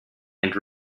and